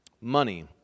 money